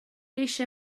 eisiau